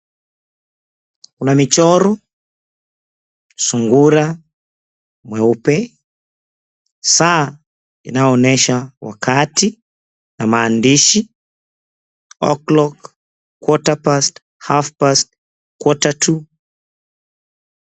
Kuna michoro, sungura mweupe, saa inayoonyesha wakati, na maandishi o'clock, quarter past, half past, quarter to.